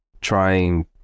trying